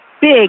big